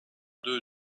d’eux